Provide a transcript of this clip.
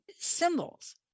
Symbols